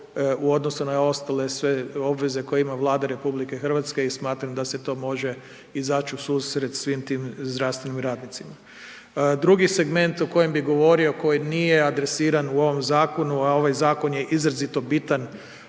u odnosu na ostale sve obveze koje ima Vlada RH i smatram da se to može izaći u susret svim tim zdravstvenim radnicima. Drugi segment o kojem bi govorio koji nije adresiran u ovom zakonu, a ovaj zakon je izrazito bitan